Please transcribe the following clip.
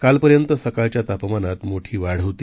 कालपर्यंत सकाळच्या तापमानात मोठी वाढ होती